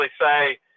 say